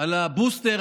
על הבוסטר,